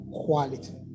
quality